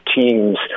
teams